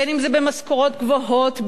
בין שזה במשכורות גבוהות,